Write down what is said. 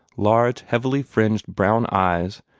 large, heavily fringed brown eyes,